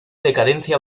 decadencia